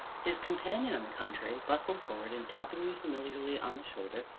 his companion, on the contrary, bustled forward, and, tapping me familiarly on the shoulder,